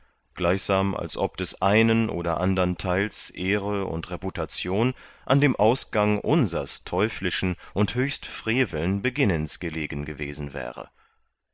gleichsam als ob des einen oder andern teils ehre und reputation an dem ausgang unsers teuflischen und höchst freveln beginnens gelegen gewesen wäre